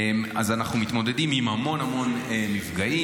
אז אנחנו מתמודדים עם המון המון מפגעים.